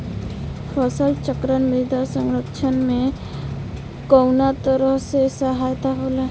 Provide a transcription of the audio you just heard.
फसल चक्रण मृदा संरक्षण में कउना तरह से सहायक होला?